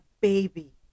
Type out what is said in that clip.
baby